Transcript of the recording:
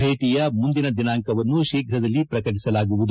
ಭೇಟಿಯ ಮುಂದಿನ ದಿನಾಂಕವನ್ನು ಶೀಘ್ರದಲ್ಲಿ ಪ್ರಕಟಿಸಲಾಗುವುದು